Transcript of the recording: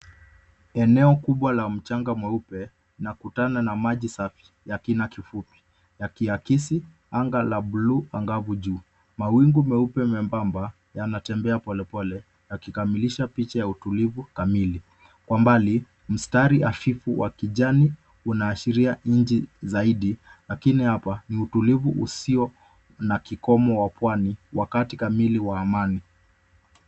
Eneo kubwa la mchanga mweupe nakutana na maji safi ya kina kifupi yakihakisi anga la buluu angavu juu, mawingu meupe membamba yanatembea pole pole yakikamilisha picha ya utulivu kamili, kwa mbali mstari hafifu wa kijani unaashiria nchi zaidi lakini hapa ni utulivu usio na kikomo wa Pwani wakati kamili wa amani.